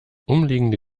umliegende